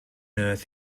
earth